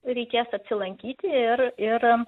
reikės atsilankyti ir ir